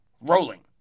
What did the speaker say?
rolling